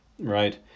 Right